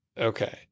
okay